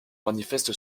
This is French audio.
manifeste